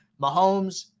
Mahomes